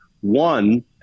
One